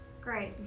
Great